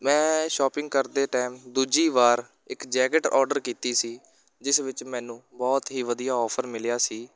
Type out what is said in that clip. ਮੈਂ ਸ਼ੋਪਿੰਗ ਕਰਦੇ ਟਾਇਮ ਦੂਜੀ ਵਾਰ ਇੱਕ ਜੈਕੇਟ ਔਡਰ ਕੀਤੀ ਸੀ ਜਿਸ ਵਿੱਚ ਮੈਨੂੰ ਬਹੁਤ ਹੀ ਵਧੀਆ ਔਫਰ ਮਿਲਿਆ ਸੀ